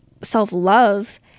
self-love